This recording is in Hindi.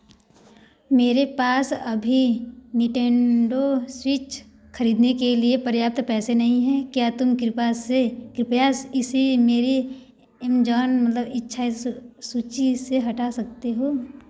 मेरे पास अभी निंटेंडो स्विच खरीदने के लिए पर्याप्त पैसे नहीं हैं क्या तुम कृपया से कृपया इसे मेरे ऐमजॉन मतलब इच्छा सू सूची से हटा सकते हो